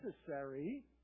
necessary